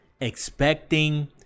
expecting